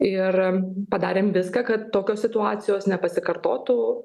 ir padarėm viską kad tokios situacijos nepasikartotų